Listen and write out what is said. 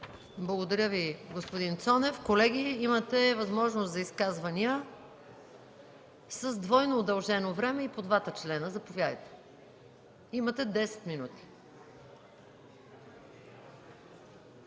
Благодаря Ви, господин Цонев. Колеги, имате възможност за изказвания – с двойно удължено време и по двата члена. Имате 10 минути.